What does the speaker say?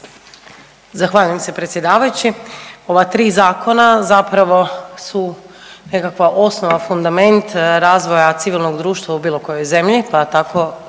Zahvaljujem se predsjedavajući. Ova tri zakona zapravo su nekakva osnova, fundament razvoja civilnog društva u bilo kojoj zemlji, pa tako